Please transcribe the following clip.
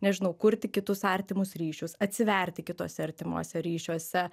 nežinau kurti kitus artimus ryšius atsiverti kituose artimuose ryšiuose